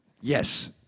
Yes